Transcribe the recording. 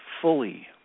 fully